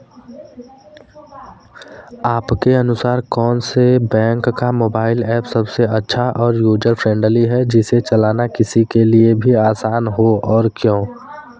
आपके अनुसार कौन से बैंक का मोबाइल ऐप सबसे अच्छा और यूजर फ्रेंडली है जिसे चलाना किसी के लिए भी आसान हो और क्यों?